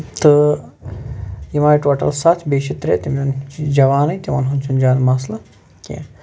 تہٕ یِم آیہِ ٹوٹل سَتھ بیٚیہِ چھِ ترے جوانے تِمن ہُنٛد چھُ نہٕ زیادٕ مَسلہٕ کیٚنٛہہ